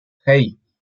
hey